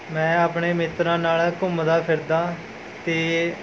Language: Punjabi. ਮੈਂ ਆਪਣੇ ਮਿੱਤਰਾਂ ਨਾਲ਼ ਘੁੰਮਦਾ ਫਿਰਦਾ ਅਤੇ